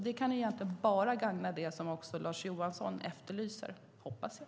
Det kan egentligen bara gagna det som också Lars Johansson efterlyser, hoppas jag.